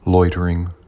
Loitering